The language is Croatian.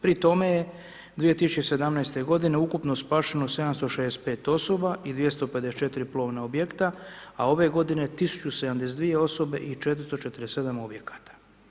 Pri tome je 2017. godine ukupno spašeno 765 osoba i 254 plovna objekta, a ove godine 1.072 osobe i 447 objekata.